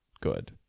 good